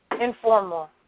informal